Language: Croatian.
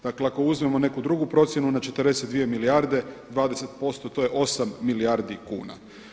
Dakle, ako uzmemo neku drugu procjenu na 42 milijarde, 20% to je 8 milijardi kuna.